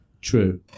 True